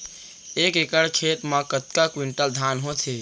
एक एकड़ खेत मा कतका क्विंटल धान होथे?